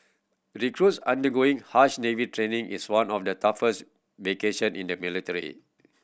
recruits undergoing harsh Navy training in one of the toughest vocation in the military